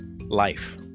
life